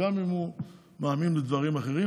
וגם אם הוא מאמין בדברים אחרים,